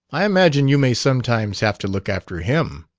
i imagine you may sometimes have to look after him.